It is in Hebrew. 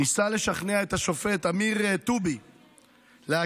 ניסה לשכנע את השופט אמיר טובי להקל